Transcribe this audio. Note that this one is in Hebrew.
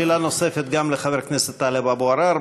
שאלה נוספת גם לחבר הכנסת טלב אבו עראר,